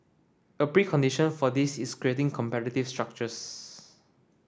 a precondition for this is creating competitive structures